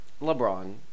LeBron